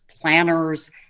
planners